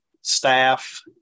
staff